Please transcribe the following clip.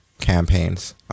campaigns